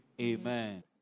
Amen